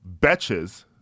Betches